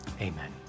Amen